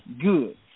good